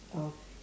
uh